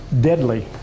deadly